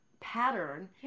pattern